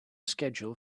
schedule